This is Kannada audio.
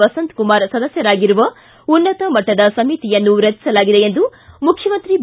ವಸಂತಕುಮಾರ್ ಸದಸ್ಯರಾಗಿರುವ ಉನ್ನತ ಮಟ್ಟದ ಸಮಿತಿಯನ್ನು ರಚಿಸಲಾಗಿದೆ ಎಂದು ಮುಖ್ಯಮಂತ್ರಿ ಬಿ